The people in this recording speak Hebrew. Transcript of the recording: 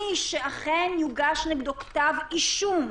מי שאכן יוגש נגדו כתב אישום,